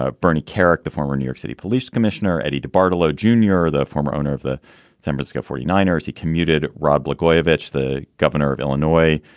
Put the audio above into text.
ah bernie kerik, the former new york city police commissioner, eddie debartolo junior, the former owner of the census gov. forty nine years he commuted. rod blagojevich, the governor of illinois,